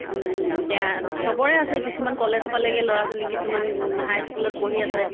এতিয়া চবৰে আছে কিছুমান কলেজ পালেগৈ ল'ৰা ছোৱালী কিছুমান হাই স্কুলত পঢ়ি আছে